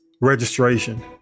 registration